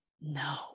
No